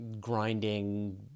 grinding